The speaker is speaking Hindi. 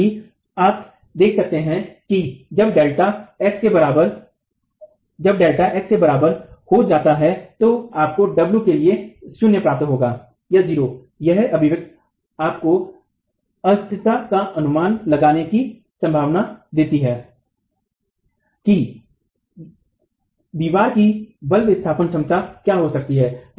जैसा कि आप देख सकते हैं कि जब डेल्टा x के बराबर हो जाता है तो आपको w के लिए 0 प्राप्त होगा यह अभिव्यक्ति आपको अस्थिरता का अनुमान लगाने की संभावना देता है कि दीवार की बल विस्थापन क्षमता क्या हो सकती है